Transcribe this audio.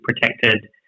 protected